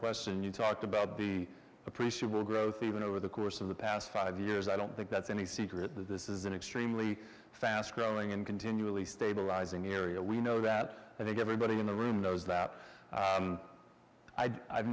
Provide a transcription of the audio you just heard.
question you talked about the appreciable growth even over the course of the past five years i don't think that's any secret that this is an extremely fast growing and continually stabilizing area we know that i think everybody in the room knows that